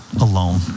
alone